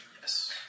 Yes